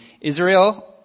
Israel